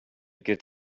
get